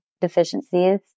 deficiencies